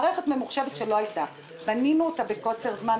שזו מערכת ממוחשבת שלא הייתה ובנינו אותה בקוצר זמן,